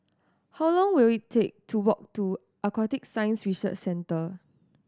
how long will it take to walk to Aquatic Science Research Centre